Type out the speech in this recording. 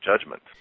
judgment